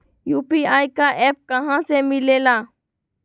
UPI का app कहा से मिलेला?